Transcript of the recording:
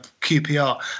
QPR